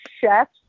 chefs